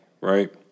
right